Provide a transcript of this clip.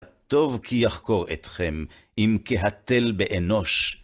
טוב כי יחקור אתכם, אם כהתל באנוש.